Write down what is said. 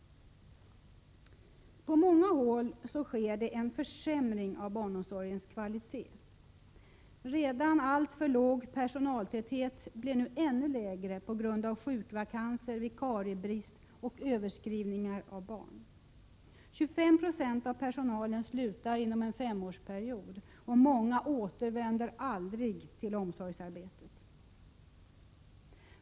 På många håll sker det en försämring av barnomsorgens kvalitet. Den redan alltför låga personaltätheten blir nu ännu lägre på grund av sjukvakanser, vikariebrist och överinskrivning av barn. 25 9e av personalen slutar under en femårsperiod och många återvänder aldrig till omsorgsarbetet.